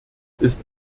ist